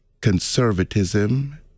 conservatism